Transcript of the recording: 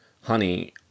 honey